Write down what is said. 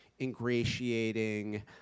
ingratiating